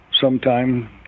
sometime